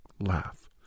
Laugh